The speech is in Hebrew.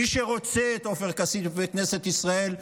מי שרוצה את עופר כסיף בכנסת ישראל,